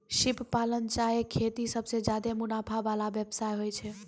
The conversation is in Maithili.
सिप पालन चाहे खेती सबसें ज्यादे मुनाफा वला व्यवसाय होय छै